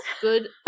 good